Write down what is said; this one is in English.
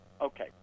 Okay